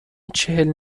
چهل